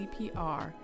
CPR